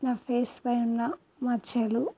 నా ఫేస్ పై ఉన్న మచ్చలు